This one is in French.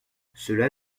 cela